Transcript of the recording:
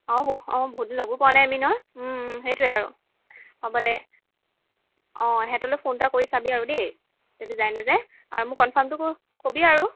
অঁ অঁ বহুতদিন লগো পোৱা নাই আমি ন সেইটোৱে আৰু হ'ব দে অঁ সিহঁতলে ফোন এটা কৰি চাবি আৰু দেই যদি যায় নাযায় আৰু মোৰ কনফাৰ্মটো কবি আৰু